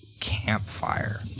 campfire